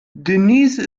denise